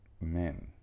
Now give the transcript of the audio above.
men